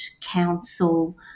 council